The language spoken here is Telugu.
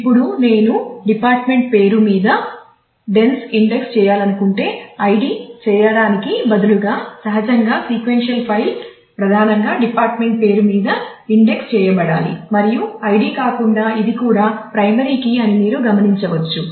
ఇప్పుడు నేను డిపార్ట్మెంట్ పేరు మీద డెన్స్ ఇండెక్స్ చేయాలనుకుంటే ఐడి చేయటానికి బదులుగా సహజంగా సీక్వెన్షియల్ ఫైల్ ప్రధానంగా డిపార్ట్మెంట్ పేరు మీద ఇండెక్స్ చేయబడాలి మరియు ఐడి కాకుండా ఇది కూడా ప్రైమరీ కీ అని మీరు గమనించవచ్చు